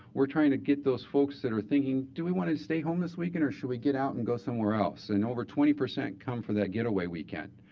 we're trying to get those folks that are thinking, do we want to to stay home this weekend, or should we get out and go somewhere else? and over twenty percent come for that getaway weekend.